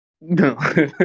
No